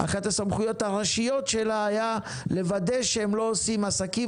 אחת הסמכויות הראשיות שלה היה לוודא שהם לא עושים עסקים